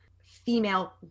female